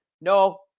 no